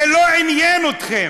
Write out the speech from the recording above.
זה לא עניין אתכם.